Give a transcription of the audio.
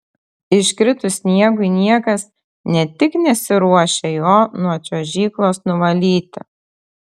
iškritus sniegui niekas ne tik nesiruošia jo nuo čiuožyklos nuvalyti